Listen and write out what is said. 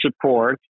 support